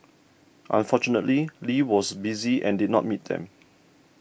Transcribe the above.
unfortunately Lee was busy and did not meet them